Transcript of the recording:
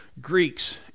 Greeks